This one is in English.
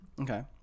Okay